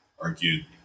argued